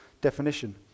definition